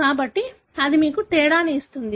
కాబట్టి అది మీకు తేడాను ఇస్తుంది